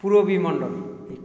Purabi Mondal